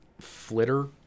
flitter